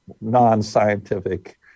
non-scientific